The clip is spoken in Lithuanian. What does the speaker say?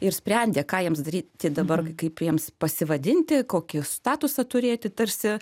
ir sprendė ką jiems daryt tai dabar kaip jiems pasivadinti kokį statusą turėti tarsi